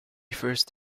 first